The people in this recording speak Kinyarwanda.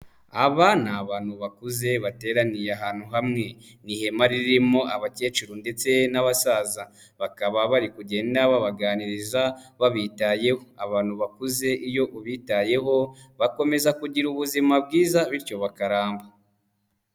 Aba ni abantu bakuze bateraniye ahantu hamwe. Ni ihema ririmo abakecuru ndetse n'abasaza, bakaba bari kugenda babaganiriza babitayeho. Abantu bakuze iyo ubitayeho bakomeza kugira ubuzima bwiza bityo bakaramba.